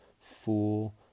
fool